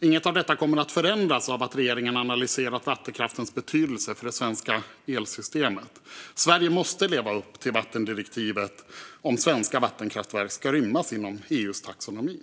Inget av detta kommer att förändras av att regeringen analyserat vattenkraftens betydelse för det svenska elsystemet. Sverige måste leva upp till vattendirektivet om svenska vattenkraftverk ska rymmas inom EU:s taxonomi.